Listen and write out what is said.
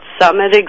Summit